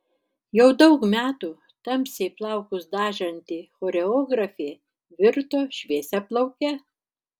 jau daug metų tamsiai plaukus dažanti choreografė virto šviesiaplauke